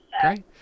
great